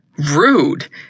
Rude